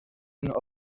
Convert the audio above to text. hun